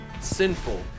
sinful